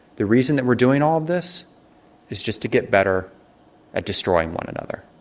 the reason that we're doing all this is just to get better at destroying one another.